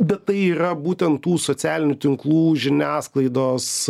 bet tai ir yra būtent tų socialinių tinklų žiniasklaidos